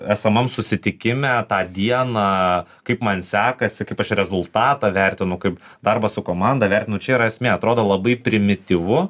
esamam susitikime tą dieną kaip man sekasi kaip aš rezultatą vertinu kaip darbą su komanda vertinu čia yra esmė atrodo labai primityvu